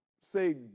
say